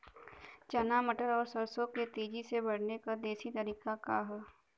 चना मटर और सरसों के तेजी से बढ़ने क देशी तरीका का ह?